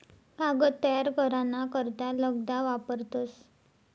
कागद तयार करा ना करता लगदा वापरतस